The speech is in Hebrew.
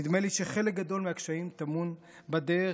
נדמה לי שחלק גדול מהקשיים טמון בדרך,